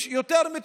יש יותר,